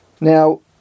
Now